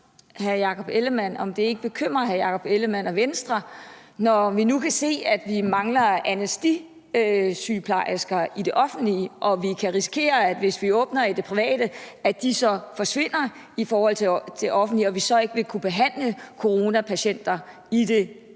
hr. Jakob Ellemann-Jensen, om det ikke bekymrer ham og Venstre, når vi nu kan se, at vi mangler anæstesisygeplejersker i det offentlige, og vi kan risikere, at de, hvis vi åbner i det private, så forsvinder i forhold til det offentlige, og vi så ikke vil kunne behandle coronapatienter i det offentlige.